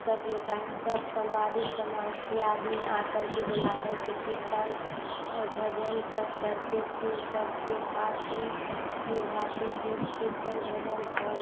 सब उस टाइम सब समाधि समाज के आदमी आ करके बुला करके कीर्तन और भजन सब करते थे सबके साथ ही निभाते थे कीर्तन भजन और